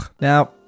Now